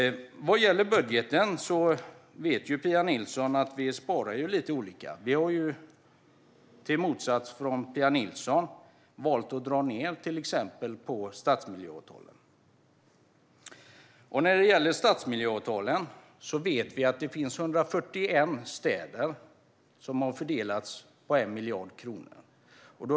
Vad gäller budgeten vet Pia Nilsson att vi sparar lite olika. Vi har i motsats till Pia Nilsson valt att dra ned på till exempel stadsmiljöavtalen. När det gäller stadsmiljöavtalen vet vi att det finns 141 städer som 1 miljard kronor har fördelats på.